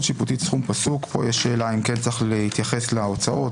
שיפוטית סכום פסוק - כאן יש שאלה אם כן צריך להתייחס להוצאות,